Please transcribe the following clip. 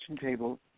table